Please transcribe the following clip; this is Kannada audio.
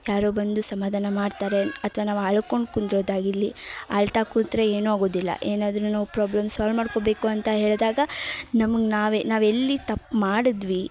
ಯಾರೋ ಬಂದು ಸಮಧಾನ ಮಾಡ್ತಾರೆ ಅಥ್ವಾ ನಾವು ಅಳ್ಕೊಂಡು ಕುಂದುರ್ದಾಗಿರಲಿ ಅಳ್ತಾ ಕೂತರೆ ಏನು ಆಗೋದಿಲ್ಲ ಏನಾದರು ನಾವು ಪ್ರಾಬ್ಲಮ್ ಸಾಲ್ವ್ ಮಾಡ್ಕೊಬೇಕು ಅಂತ ಹೇಳಿದಾಗ ನಮಗೆ ನಾವೇ ನಾವೆಲ್ಲಿ ತಪ್ಪು ಮಾಡಿದ್ವಿ